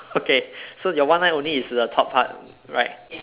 okay so your one line only is the top part right